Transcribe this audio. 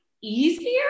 easier